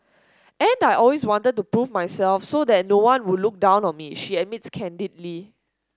and I always wanted to prove myself so that no one would look down on me she admits candidly